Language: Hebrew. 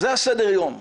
זה סדר היום.